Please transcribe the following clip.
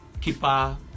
keeper